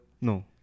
no